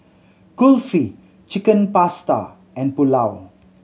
Kulfi Chicken Pasta and Pulao